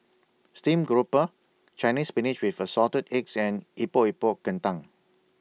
Stream Grouper Chinese Spinach with Assorted Eggs and Epok Epok Kentang